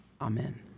Amen